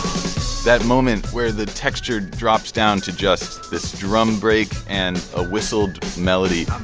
that moment where the texture drops down to just this drum break and a whistled melody.